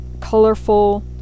colorful